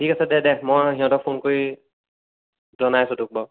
ঠিক আছে দে দে মই সিহঁতক ফোন কৰি জনাই আছো তোক বাৰু